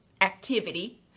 activity